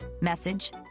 message